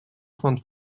trente